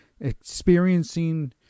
experiencing